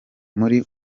muri